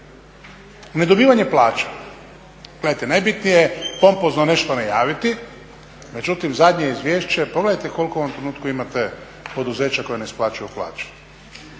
Nedobivanje plaća. Gledajte, najbitnije je pompozno nešto najaviti. Međutim, zadnje izvješće pogledajte koliko u ovom trenutku imate poduzeća koja ne isplaćuju plaće.